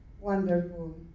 wonderful